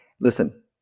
listen